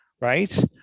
Right